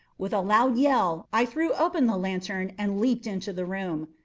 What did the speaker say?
with a loud yell, i threw open the lantern and leaped into the room.